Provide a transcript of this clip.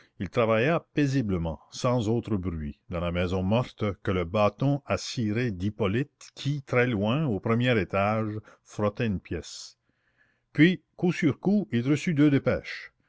il travailla paisiblement sans autre bruit dans la maison morte que le bâton à cirer d'hippolyte qui très loin au premier étage frottait une pièce puis coup sur coup il reçut deux dépêches